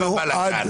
השוטרים לשעבר,